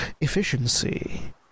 efficiency